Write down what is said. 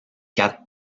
quatre